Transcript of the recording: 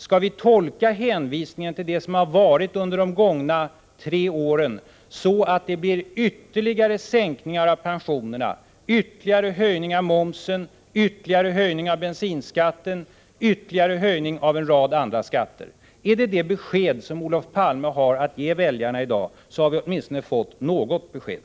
Skall vi tolka hänvisningen till det som har varit under de tre gångna åren så, att det blir ytterligare sänkningar av pensionerna, ytterligare höjningar av momsen, ytterligare höjningar av bensinskatten och ytterligare höjningar av en rad andra skatter? Är det detta besked Olof Palme har att ge väljarna i dag, då har vi åtminstone fått något besked.